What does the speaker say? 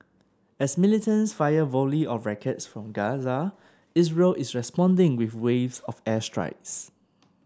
as militants fire volleys of rockets from Gaza Israel is responding with waves of airstrikes